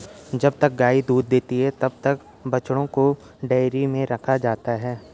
जब तक गाय दूध देती है तब तक बछड़ों को डेयरी में रखा जाता है